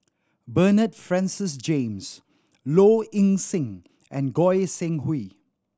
Bernard Francis James Low Ing Sing and Goi Seng Hui